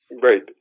Great